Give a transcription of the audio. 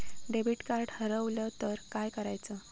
Debit card हरवल तर काय करायच?